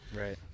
Right